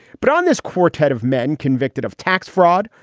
but on this quartet of men convicted of tax fraud,